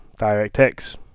DirectX